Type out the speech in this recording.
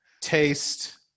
taste